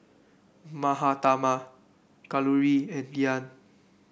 Mahatma Kalluri and Dhyan